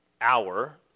hour